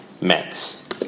Mets